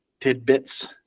tidbits